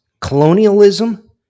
colonialism